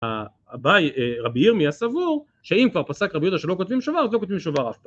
רבי ירמיה סבור שאם כבר פסק רבי יהודה שלא כותבים שובר אז לא כותבים שובר אף פעם